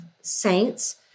saints